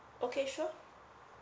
okay sure